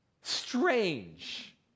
strange